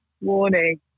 Warning